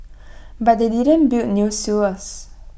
but they didn't build new sewers